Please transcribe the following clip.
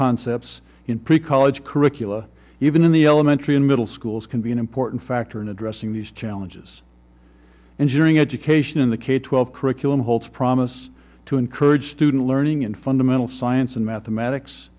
concepts in pre college curricula even in the elementary and middle schools can be an important factor in addressing these challenges and sharing education in the kate twelve curriculum holds promise to encourage student learning in fundamental science and mathematics